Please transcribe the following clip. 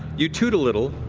you toot a little.